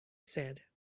said